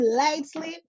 lightly